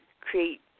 create